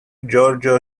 george